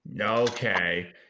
Okay